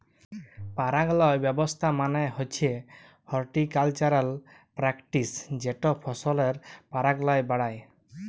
পারাগায়ল ব্যাবস্থা মালে হছে হরটিকালচারাল প্যারেকটিস যেট ফসলের পারাগায়ল বাড়ায়